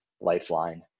lifeline